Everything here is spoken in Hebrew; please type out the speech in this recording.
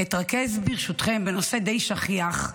אתרכז ברשותכם בנושא די שכיח,